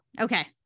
okay